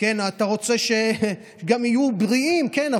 אתה רוצה שגם יהיו בריאים, כן.